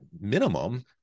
minimum